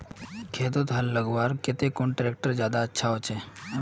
खेतोत हाल लगवार केते कुन ट्रैक्टर ज्यादा अच्छा होचए?